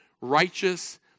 righteous